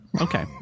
Okay